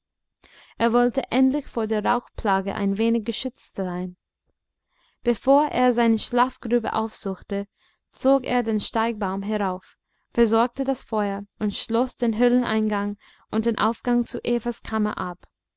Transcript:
er wollte endlich vor der rauchplage ein wenig geschützt sein bevor er seine schlafgrube aufsuchte zog er den steigbaum herauf versorgte das feuer und schloß den höhleneingang und den aufgang zu evas kammer ab